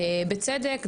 בצדק,